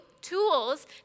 tools